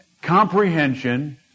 comprehension